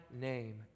name